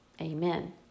Amen